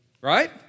Right